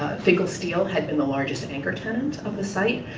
finkl steel had been the largest anchor trend of the site.